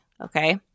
Okay